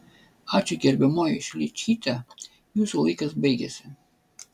ačiū gerbiamoji šličyte jūsų laikas baigėsi